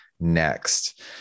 next